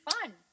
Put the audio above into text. fun